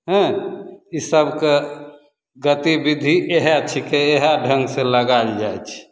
हँ ई सभके गतिबिधि इहै छिकै इहै ढङ्गसँ लगायल जाइ छै